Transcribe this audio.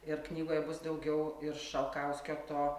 ir knygoje bus daugiau ir šalkauskio to